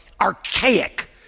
archaic